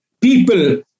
People